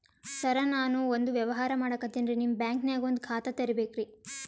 ಸರ ನಾನು ಒಂದು ವ್ಯವಹಾರ ಮಾಡಕತಿನ್ರಿ, ನಿಮ್ ಬ್ಯಾಂಕನಗ ಒಂದು ಖಾತ ತೆರಿಬೇಕ್ರಿ?